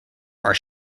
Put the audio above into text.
are